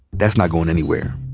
that's not going anywhere.